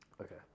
Okay